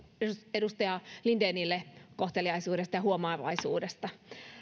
edustaja lindenille kohteliaisuudesta ja huomaavaisuudesta